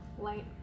light